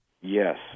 Yes